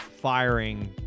firing